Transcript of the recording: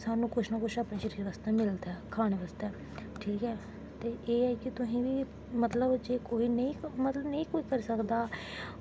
सानूं कुछ ना कुछ अपने शरीर बास्तै मिलदा ऐ खाने बास्तै ठीक ऐ ते एह् ऐ केह् तुसें बी मतलब जे कोई नेईं मतलब नेईं करी सकदा